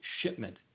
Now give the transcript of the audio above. shipment